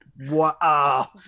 Wow